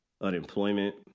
unemployment